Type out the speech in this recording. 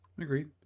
Agreed